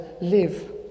live